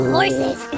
Horses